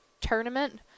tournament